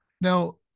Now